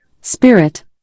Spirit